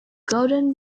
golden